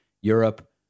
Europe